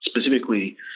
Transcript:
specifically